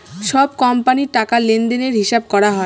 সব কোম্পানির টাকা লেনদেনের হিসাব করা হয়